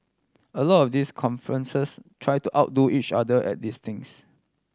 a lot of these conferences try to outdo each other at these things